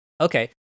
Okay